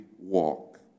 walk